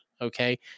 Okay